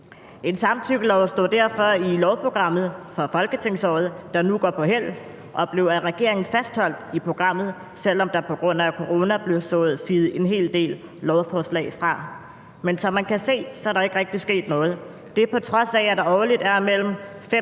En samtykkelov står derfor i lovprogrammet for folketingsåret, der nu går på hæld, og blev af regeringen fastholdt i programmet, selv om der på grund af corona blev siet en hel del lovforslag fra. Men som man kan se, er der ikke rigtig sket noget. Det er på trods af, at der årligt er mellem